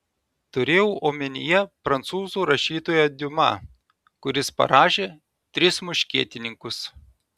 turėjau omenyje prancūzų rašytoją diuma kuris parašė tris muškietininkus